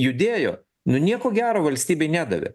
judėjo nu nieko gero valstybei nedavė